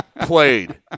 played